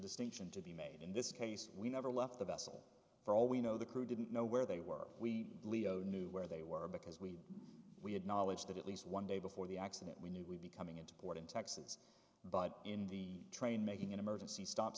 distinction to be made in this case we never left the vessel for all we know the crew didn't know where they were we leo knew where they were because we we had knowledge that at least one day before the accident when you coming into port in texas but in the train making an emergency stop